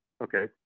Okay